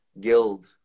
guild